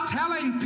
telling